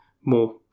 more